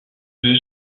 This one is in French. deux